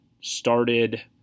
started